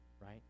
right